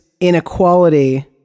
inequality